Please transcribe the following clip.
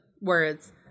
Words